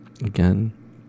again